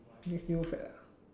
next few fad ah